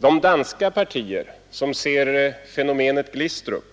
De danska partier som ser fenomenet Glistrup